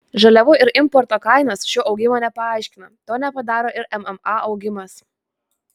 žaliavų ir importo kainos šio augimo nepaaiškina to nepadaro ir mma augimas